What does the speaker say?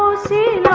see